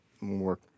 more